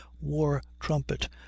war-trumpet